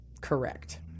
correct